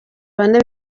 bane